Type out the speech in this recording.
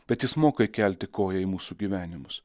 bet jis moka įkelti koją į mūsų gyvenimus